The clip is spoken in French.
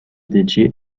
dédié